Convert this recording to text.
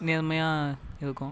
நேர்மையாக இருக்கும்